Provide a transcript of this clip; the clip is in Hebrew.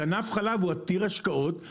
ענף חלב הוא עתיר השקעות,